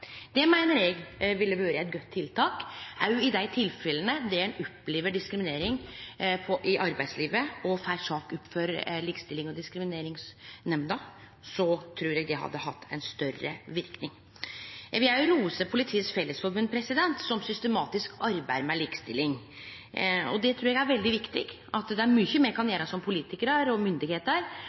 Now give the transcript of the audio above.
Det meiner eg ville vore eit godt tiltak. Òg i dei tilfella der ein opplever diskriminering i arbeidslivet og får saka opp for Likestillings- og diskrimineringsnemnda, trur eg det hadde hatt ein større verknad. Eg vil òg rose Politiets Fellesforbund, som systematisk arbeider med likestilling. Det trur eg er veldig viktig. Det er mykje me kan gjere som politikarar og myndigheiter,